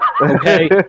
okay